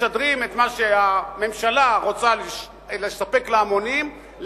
משדרים את מה שהממשלה רוצה לספק להמונים,